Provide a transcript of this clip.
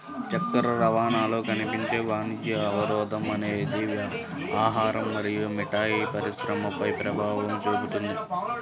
చక్కెర రవాణాలో కనిపించే వాణిజ్య అవరోధం అనేది ఆహారం మరియు మిఠాయి పరిశ్రమపై ప్రభావం చూపుతుంది